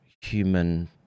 human